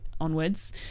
onwards